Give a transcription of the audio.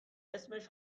اسمش